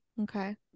Okay